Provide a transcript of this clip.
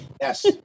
Yes